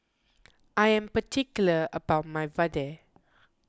I am particular about my Vadai